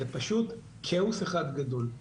זה פשוט כאוס אחד גדול.